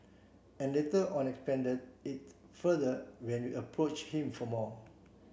and later on expanded it further when approach him for more